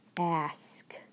Ask